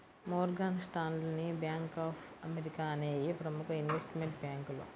Morgan Stanley, bank of America అనేయ్యి ప్రముఖ investment బ్యేంకులు